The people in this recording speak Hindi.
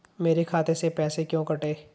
मेरे खाते से पैसे क्यों कटे?